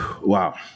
Wow